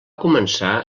començar